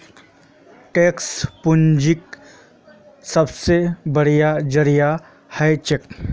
tax पूंजीर सबसे बढ़िया जरिया हछेक